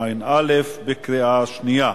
11), התשע"א 2011. קריאה שנייה.